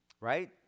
right